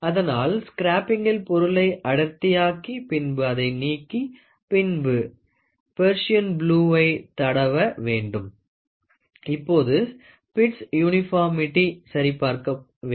அதனால் ஸ்க்ரப்பிங்கில் பொருளை அடர்த்தியாக்கி பின்பு அதை நீக்கி பின்பு பெர்சியன் ப்ளூவை தடவ வேண்டும் இப்பொழுது பிட்ஸ்சின் யூனிபார்மிட்டி சரிபார்க்க வேண்டும்